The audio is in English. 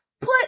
put